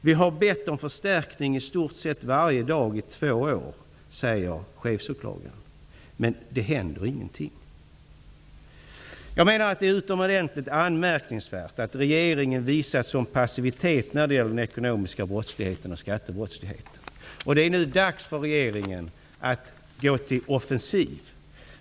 Vi har bett om förstärkning i stort sett varje dag i två tre år nu --. Men det händer ingenting.'' Jag menar att det är utomordentligt anmärkningsvärt att regeringen visar sådan passivitet när det gäller den ekonomiska brottsligheten och skattebrottsligheten. Det är nu dags för regeringen att gå till offensiv.